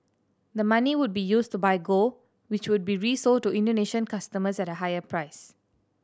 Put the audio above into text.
the money would be used to buy gold which would be resold to Indonesian customers at a higher price